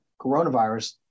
coronavirus